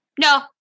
No